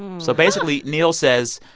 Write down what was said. so basically, neil says,